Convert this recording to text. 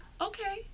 Okay